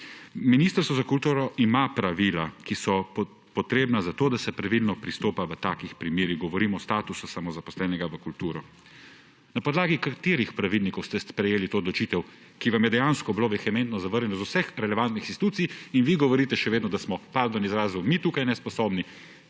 Ministrstvo za kulturo ima pravila, ki so potrebna za to, da se pravilno pristopa v takih primerih. Govorim o statusu samozaposlenega v kulturi. Na podlagi katerih pravilnikov ste sprejeli to odločitev, ki vam je dejansko bila vehementno zavrnjena z vseh relevantnih institucij in vi govorite še vedno, da smo, pardon za izraz, mi tukaj nesposobni,